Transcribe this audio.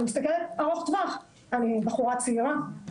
אני מסתכלת לטווח ארוך אני בחורה צעירה,